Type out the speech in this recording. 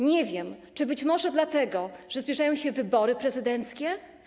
Nie wiem, być może dlatego, że zbliżają się wybory prezydenckie.